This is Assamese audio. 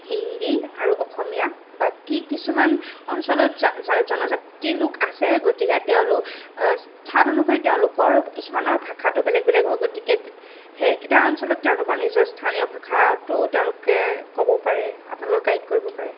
হিন্দী আৰু অসমীয়া বাকী কিছুমান অঞ্চলত জনজাতি লোক আছে গতিকে তেওঁলোক স্থান অনুসৰি তেওঁলোকৰ কিছুমানৰ ভাষাটো বেলেগ বেলেগ হয় গতিকে সেইকেইটা অঞ্চলত তেওঁলোকৰ নিজৰ স্থানীয় ভাষাটো তেওঁলোকে ক'ব পাৰে আপোনালোকক গাইড কৰিব পাৰে